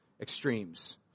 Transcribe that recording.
extremes